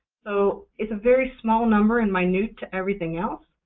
so it's a very small number and minute to everything else,